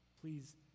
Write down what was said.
Please